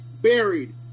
buried